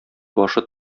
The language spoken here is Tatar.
башы